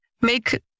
make